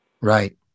Right